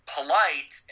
polite